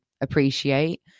appreciate